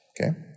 Okay